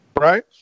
right